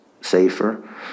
safer